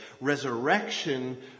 Resurrection